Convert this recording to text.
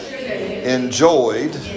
enjoyed